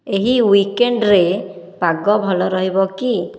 ଏହି ୱିକେଣ୍ଡ୍ରେ ପାଗ ଭଲ ରହିବ କି